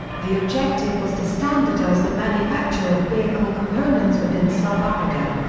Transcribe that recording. the objective was to standardize the manufacture of vehicle components within south africa.